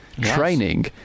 training